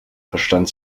verstand